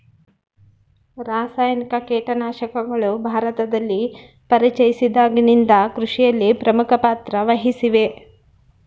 ರಾಸಾಯನಿಕ ಕೇಟನಾಶಕಗಳು ಭಾರತದಲ್ಲಿ ಪರಿಚಯಿಸಿದಾಗಿನಿಂದ ಕೃಷಿಯಲ್ಲಿ ಪ್ರಮುಖ ಪಾತ್ರ ವಹಿಸಿವೆ